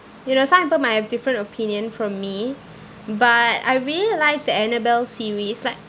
you know some people might have different opinion from me but I really like the annabelle series like